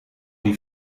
die